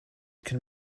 can